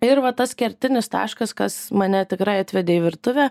ir va tas kertinis taškas kas mane tikrai atvedė į virtuvę